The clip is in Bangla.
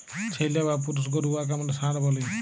ছেইল্যা বা পুরুষ গরু উয়াকে আমরা ষাঁড় ব্যলি